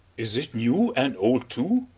is it new and old too?